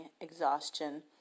Exhaustion